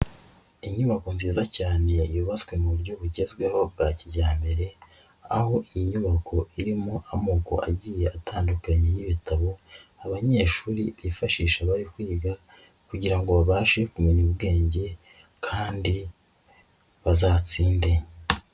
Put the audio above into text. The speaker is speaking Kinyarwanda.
Inyubako nziza cyane yubatswe mu buryo bugezweho bwa kijyambere aho iyi nyubako irimo amoko agiye atandukanye y'ibitabo abanyeshuri bifashisha bari kwiga kugira ngo babashe kumenya ubwenge kandi bazatsinde.